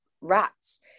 Rats